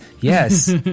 yes